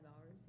hours